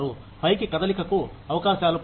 పైకి కదలికకు అవకాశాలు పరిమితం